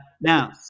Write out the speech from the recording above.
Now